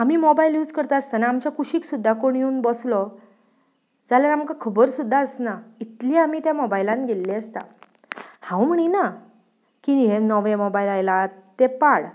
आमी mobile use करता आसतना आमच्या कुशीक सुद्दां कोण येवन बोसलो जाल्यार आमकां खबर सुद्दां आसना इतलीं आमी त्या मोबायलान गेल्लीं आसता हांव म्हणिना की हे नोवे मोबायल आयलात ते पाड